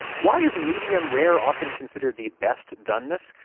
why is medium rare often considered the best doneness?